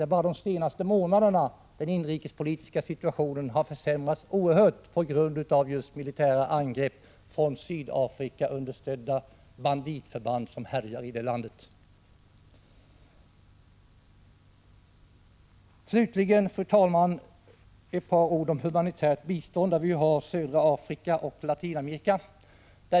Bara under de senaste månaderna har den inrikespolitiska situationen försämrats oerhört på grund av militära angrepp från Sydafrikaunderstödda banditförband, som härjar i landet. Slutligen, fru talman, också några ord om humanitärt bistånd till södra Afrika och Latinamerika.